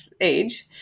age